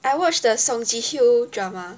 I watch the song-ji-hyo drama